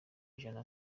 ijana